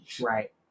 Right